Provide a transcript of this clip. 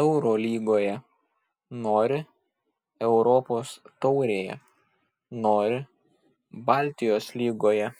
eurolygoje nori europos taurėje nori baltijos lygoje